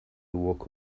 walk